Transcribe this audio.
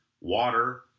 water